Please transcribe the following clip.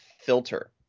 filter